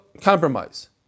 compromise